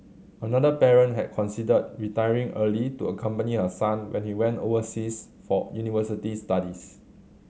another parent had considered retiring early to accompany her son when he went overseas for university studies